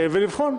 ולבחון.